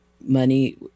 money